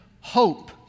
hope